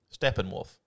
Steppenwolf